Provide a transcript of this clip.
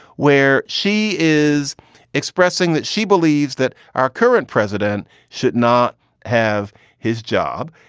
where she is expressing that she believes that our current president should not have his job.